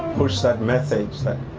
push that message that,